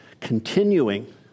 continuing